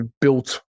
built